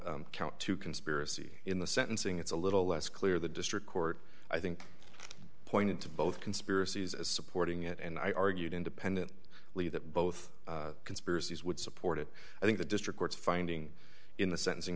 about count two conspiracy in the sentencing it's a little less clear the district court i think pointed to both conspiracies as supporting it and i argued independent lead that both conspiracies would support it i think the district court's finding in the sentencing